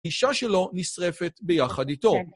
אישה שלו נשרפת ביחד איתו.